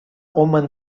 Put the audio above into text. woman